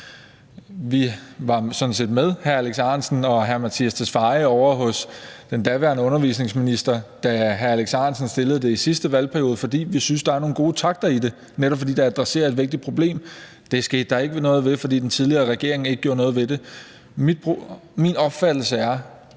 set med hr. Alex Ahrendtsen og hr. Mattias Tesfaye ovre hos den daværende undervisningsminister, da hr. Alex Ahrendtsen fremsatte forslaget i sidste valgperiode, fordi vi syntes, at der var nogle gode takter i det, netop fordi det adresserede et vigtigt problem. Det skete der ikke noget ved, fordi den tidligere regering ikke gjorde noget ved det. Min opfattelse er,